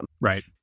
Right